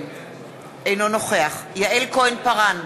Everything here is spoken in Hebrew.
אינו נוכח יעל כהן-פארן,